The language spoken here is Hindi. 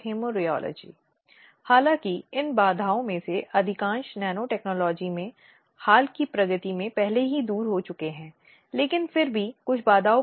इसलिए यह कुछ ऐसा है जो मैंने कहा है कि प्राकृतिक न्याय का मूल सिद्धांत है